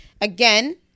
Again